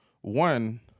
one